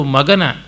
Magana